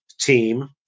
team